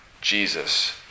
Jesus